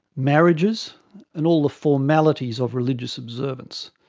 marriages and all the formalities of religious observance,